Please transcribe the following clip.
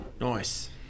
Nice